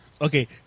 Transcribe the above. Okay